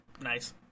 Nice